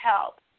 help